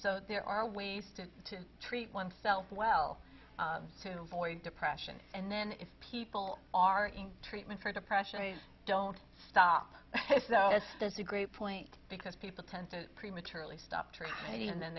so there are ways to treat oneself well to avoid depression and then if people are in treatment for depression i don't stop there's a great point because people tend to prematurely stop tragedy and then